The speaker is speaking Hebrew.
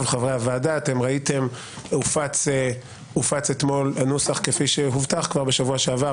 ראיתם שהנוסח הופץ אתמול כפי שהובטח כבר בשבוע שעבר